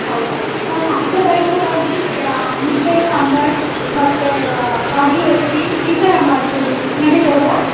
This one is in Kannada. ಹೌದಾ ನಾವು ಸಾಂಪ್ರದಾಯಿಕವಾಗಿ ಮುದ್ದೆ ಸಾಂಬಾರ್ ಮತ್ತು ರಾಗಿ ರೊಟ್ಟಿ ಈ ಥರ ಮಾಡ್ತೀವಿ ನಡಿಬಹುದಾ